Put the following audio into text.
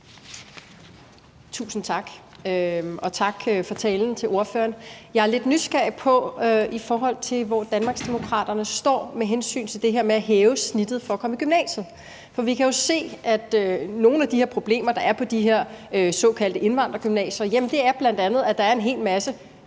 Tusind tak. Og tak til ordføreren for talen. Jeg er lidt nysgerrig, i forhold til hvor Danmarksdemokraterne står med hensyn til det her med at hæve snittet for at komme i gymnasiet. For vi kan jo se, at nogle af de problemer, der er på de her såkaldte indvandrergymnasier, bl.a. er, at der er mange